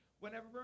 Whenever